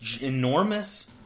enormous